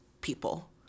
people